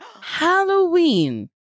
Halloween